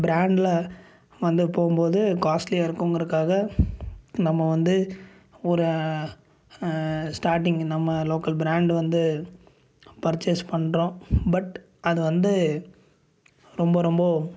பிராண்டில் வந்து போம்போது காஸ்ட்லியாக இருக்குங்கிறக்காக நம்ம வந்து ஒரு ஸ்டார்ட்டிங் இ நம்ம லோக்கல் பிராண்டு வந்து பர்சேஸ் பண்ணுறோம் பட் அது வந்து ரொம்ப ரொம்ப